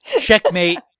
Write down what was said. Checkmate